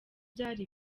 byari